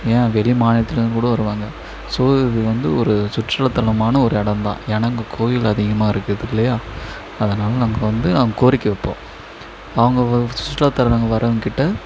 ஏன் வெளி மாநிலத்துலிருந்துகூட வருவாங்க ஸோ இது வந்து ஒரு சுற்றுலாதலமான ஒரு எடம் தான் ஏனா இங்க கோவில் அதிகமா இருக்குதுல்லயா அதனாலே நாங்கள் வந்து அங்கே கோரிக்கை வைப்போம் அவங்க வ சுற்றுலாதலம் வரவங்ககிட்ட